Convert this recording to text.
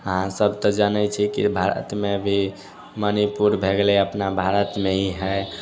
अहाँ सब तऽ जनैत छिऐ कि भारतमे भी मणिपुर भए गेलै अपना भारतमे ही हइ